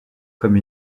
comme